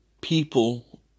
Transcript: people